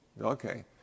okay